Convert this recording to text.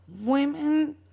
Women